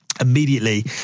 immediately